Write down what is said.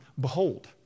Behold